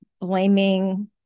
blaming